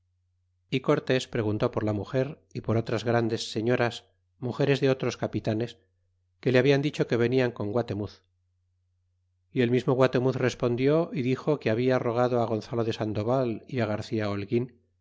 y cortés preguntó por la muger y por otras grandes señoras inugeres de otros capitanes que le hablan dicho que venian con guatemuz y el mismo guatemuz respondió y dixo que habla rogado á gonzalo de sandoval y á garcia ilolguin